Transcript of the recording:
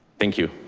thank you.